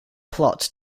plot